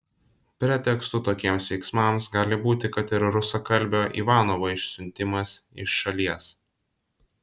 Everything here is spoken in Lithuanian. pretekstu tokiems veiksmams gali būti kad ir rusakalbio ivanovo išsiuntimas iš šalies